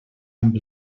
amb